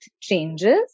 changes